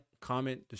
comment